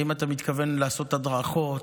האם אתה מתכוון לעשות הדרכות?